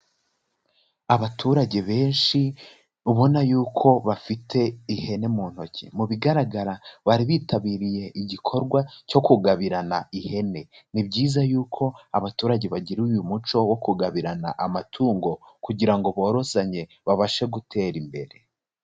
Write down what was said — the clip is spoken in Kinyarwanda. Abaturage benshi ubona yuko bafite ihene mu ntoki, mu bigaragara bari bitabiriye igikorwa cyo kugabirana ihene, ni byiza yuko abaturage bagira uyu muco wo kugabirana amatungo, kugira ngo borozanye babashe gutera imbere.